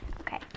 Okay